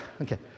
Okay